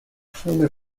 fully